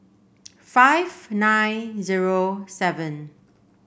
five nine zero seven